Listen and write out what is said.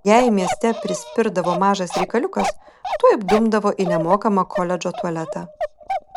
jei mieste prispirdavo mažas reikaliukas tuoj dumdavo į nemokamą koledžo tualetą